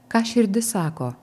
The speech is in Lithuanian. ką širdis sako